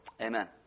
Amen